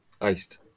Iced